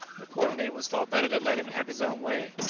accordingly it was thought better to let him have his own way,